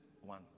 one